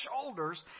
shoulders